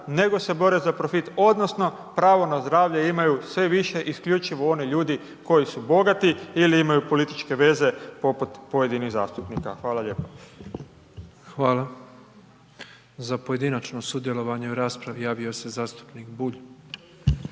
nego se bore za profit, odnosno pravo na zdravlje imaju sve više isključivo oni ljudi koji su bogati ili imaju političke veze poput pojedinih zastupnika. Hvala lijepa. **Petrov, Božo (MOST)** Hvala. Za pojedinačno sudjelovanje u raspravi javio se zastupnik Bulj.